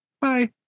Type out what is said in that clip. Bye